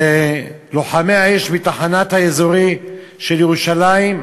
ולוחמי האש מהתחנה האזורית של ירושלים,